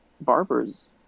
barbers